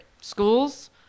schools